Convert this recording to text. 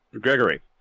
Gregory